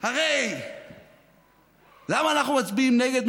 הרי למה אנחנו מצביעים נגד?